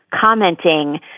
commenting